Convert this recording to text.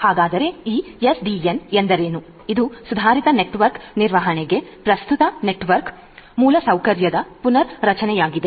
ಹಾಗಾದರೆ ಈ ಎಸ್ಡಿಎನ್ ಎಂದರೇನು ಇದು ಸುಧಾರಿತ ನೆಟ್ವರ್ಕ್ ನಿರ್ವಹಣೆಗೆ ಪ್ರಸ್ತುತ ನೆಟ್ವರ್ಕ್ ಮೂಲಸೌಕರ್ಯದ ಪುನರ್ರಚನೆಯಾಗಿದೆ